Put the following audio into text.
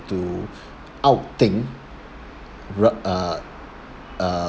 to out-think ra~ uh uh